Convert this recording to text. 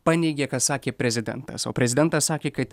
paneigė ką sakė prezidentas o prezidentas sakė kad